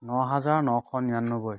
ন হাজাৰ নশ নিৰান্নবৈ